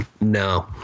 No